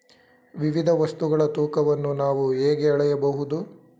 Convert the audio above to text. ವಿವಿಧ ವಸ್ತುಗಳ ತೂಕವನ್ನು ನಾವು ಹೇಗೆ ಅಳೆಯಬಹುದು?